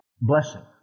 blessing